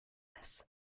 this